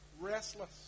restless